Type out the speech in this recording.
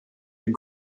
den